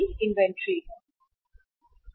inventory 3 प्रकार की होती हैं